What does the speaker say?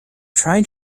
trying